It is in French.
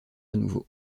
nouveau